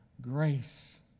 grace